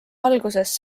alguses